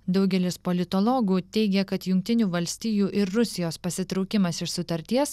daugelis politologų teigia kad jungtinių valstijų ir rusijos pasitraukimas iš sutarties